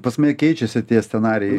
pas mane keičiasi tie scenarijai